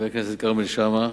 כרמל שאמה,